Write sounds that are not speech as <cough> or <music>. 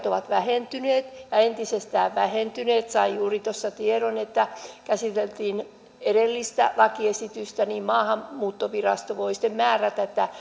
<unintelligible> ovat vähentyneet ja entisestään vähentyneet sain juuri tuossa tiedon kun käsiteltiin edellistä lakiesitystä että maahanmuuttovirasto voi sitten määrätä <unintelligible>